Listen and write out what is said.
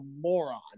moron